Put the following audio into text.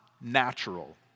natural